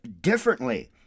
differently